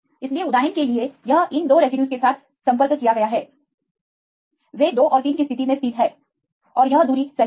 इसलिए उदाहरण के लिए यह एक इन 2 रेसिड्यूज के साथ संपर्क किया गया है वे 2 और 3 की स्थिति में स्थित हैं और यह दूरी सही है